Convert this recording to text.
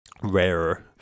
Rarer